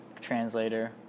translator